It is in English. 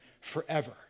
forever